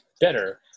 better